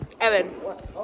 Evan